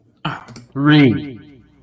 Three